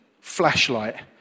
flashlight